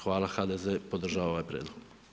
Hvala HDZ, podržavam ovaj prijedlog.